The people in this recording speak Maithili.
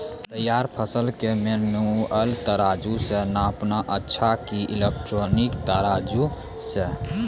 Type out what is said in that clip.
तैयार फसल के मेनुअल तराजु से नापना अच्छा कि इलेक्ट्रॉनिक तराजु से?